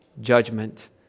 judgment